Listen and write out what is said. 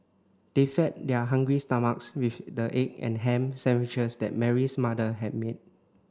they fed their hungry stomachs with the egg and ham sandwiches that Mary's mother had made